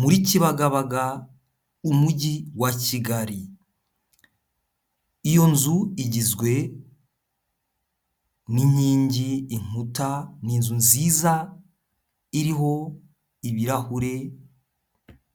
muri Kibagabaga, Umujyi wa Kigali, iyo nzu igizwe n'inkingi, inkuta n'inzu nziza iriho ibirahure.